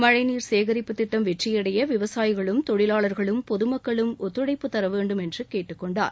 மழைநீர் சேகரிப்புத்திட்டம் வெற்றியடைய விவசாயிகளும் தொழிலாளர்களும் பொதுமக்களும் ஒத்துழைப்புத்தர வேண்டும் என்று கேட்டுக்கொண்டார்